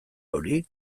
hori